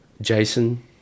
Jason